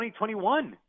2021